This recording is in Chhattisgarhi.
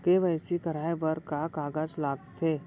के.वाई.सी कराये बर का का कागज लागथे?